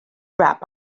rap